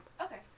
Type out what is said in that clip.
Okay